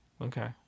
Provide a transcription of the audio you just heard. Okay